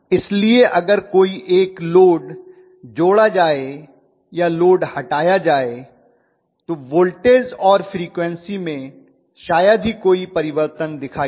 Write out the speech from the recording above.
इसलिए अगर कोई एक लोड जोड़ा जाए या लोड हटाया जाए तो वोल्टेज और फ्रीक्वन्सी में शायद ही कोई परिवर्तन दिखाई दे